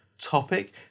topic